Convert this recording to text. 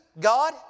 God